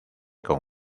con